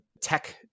tech